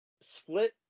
split